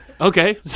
Okay